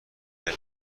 گلر